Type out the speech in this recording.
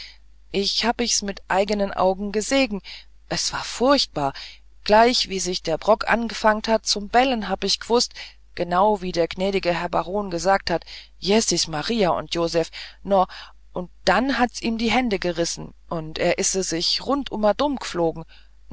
ich hab ich's mit eigenen augen gesegen es war fuchbar gleich wie sich der brock angfangt hat zum bellen hab ich gewußt genau wie der gnädige herr baron gesagt hat jezis maria und joseph no und dann hat's ihm die hände gerissen und er ise sich rundumadum geflogen